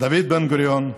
דוד בן-גוריון,